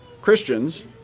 Christians